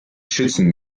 schützen